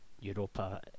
Europa